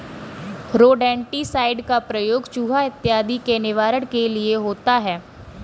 rodenticide का प्रयोग चुहा इत्यादि के निवारण के लिए होता है